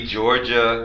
Georgia